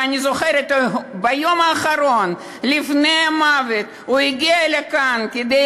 ואני זוכרת שביום האחרון לפני מותו הוא הגיע לכאן כדי